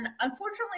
unfortunately